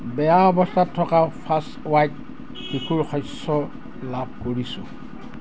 বেয়া অৱস্থাত থকা ফাৰ্ষ্ট ৱাইট শিশুৰ শস্য লাভ কৰিছোঁ